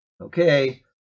Okay